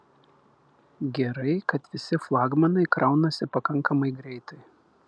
gerai kad visi flagmanai kraunasi pakankamai greitai